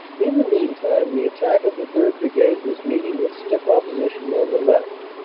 in the meantime the attack of the third. brigade was meet ing with stiff opposition on the left.